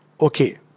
okay